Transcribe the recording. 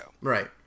Right